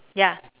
ya